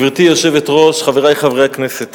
גברתי היושבת-ראש, רבותי חברי הכנסת,